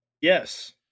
Yes